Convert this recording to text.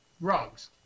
rugs